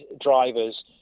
drivers